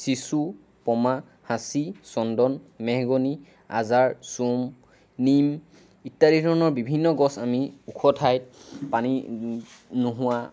চিচু পমা সাঁচি চন্দন মেহগণি আজাৰ চোম নিম ইত্যাদি ধৰণৰ বিভিন্ন গছ আমি ওখ ঠাইত পানী নোহোৱা